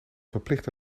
verplichte